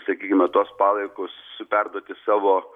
sakykime tuos palaikus perduoti savo